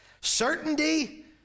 certainty